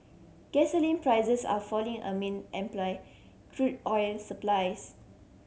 gasoline prices are falling amid crude oil supplies